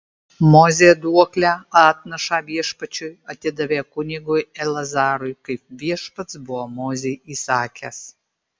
mozė duoklę atnašą viešpačiui atidavė kunigui eleazarui kaip viešpats buvo mozei įsakęs